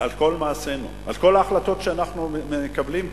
על כל מעשינו, על כל ההחלטות שאנחנו מקבלים כאן,